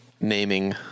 naming